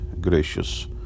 gracious